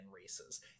races